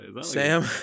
Sam